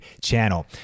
channel